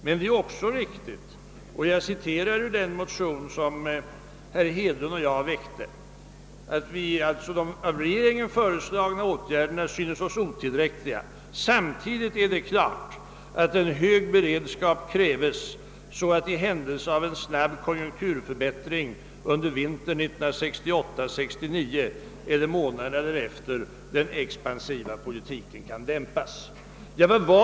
Det sades i den motion som herr Hedlund och jag väckte att de av regeringen föreslagna åtgärderna syntes oss otillräckliga. Samtidigt sades det emellertid också att det var klart att en hög beredskap krävdes, så att i händelse av en snabb konjunkturförbättring under vintern 1968/69 eller månaderna därefter den expansiva politiken kunde dämpas.